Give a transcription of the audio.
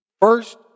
first